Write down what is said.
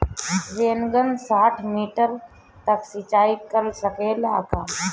Rain gun साठ metre तक सिचाई कर सकेला का?